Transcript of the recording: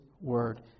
word